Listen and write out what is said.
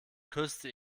küsste